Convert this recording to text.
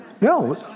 No